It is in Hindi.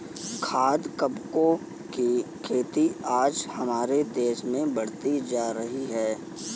खाद्य कवकों की खेती आज हमारे देश में बढ़ती जा रही है